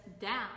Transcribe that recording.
down